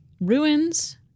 ruins